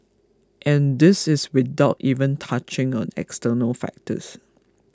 and this is without even touching on external factors